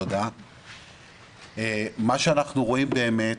מה שאנחנו רואים באמת,